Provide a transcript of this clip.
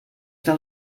del